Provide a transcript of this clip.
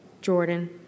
Jordan